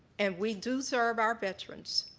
and we do serve our veterans.